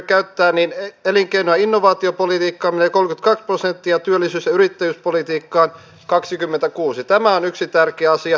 se malka saattaa siellä omassa silmässä olla paljon helpompi poistaa kuin se tikku siinä naapurin silmässä